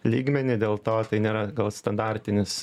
lygmenį dėl to tai nėra gal standartinis